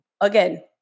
Again